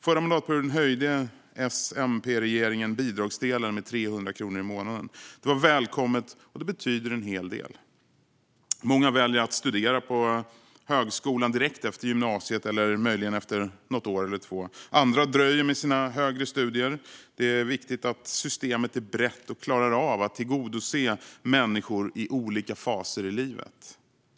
Förra mandatperioden höjde S-MP-regeringen bidragsdelen med 300 kronor i månaden. Det var välkommet, och det betyder en hel del. Många väljer att studera på högskolan direkt efter gymnasiet eller möjligen efter något år eller två. Andra dröjer med sina högre studier. Det är viktigt att systemet är brett och klarar av att tillgodose människor i olika faser i livet.